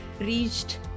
reached